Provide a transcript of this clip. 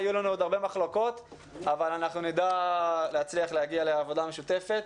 יהיו לנו עוד הרבה מחלוקות אבל אנחנו נדע להצליח להגיע לעבודה משותפת.